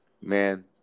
man